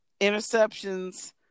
interceptions